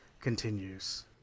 continues